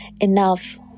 enough